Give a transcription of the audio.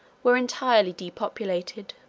were entirely depopulated.